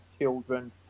children